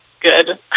good